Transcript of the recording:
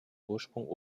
ursprung